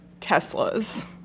Teslas